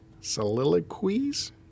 soliloquies